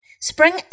Spring